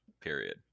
period